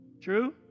True